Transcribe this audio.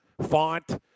font